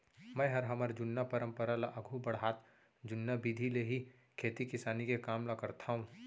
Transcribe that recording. मैंहर हमर जुन्ना परंपरा ल आघू बढ़ात जुन्ना बिधि ले ही खेती किसानी के काम ल करथंव